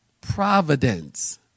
providence